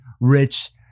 rich